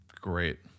great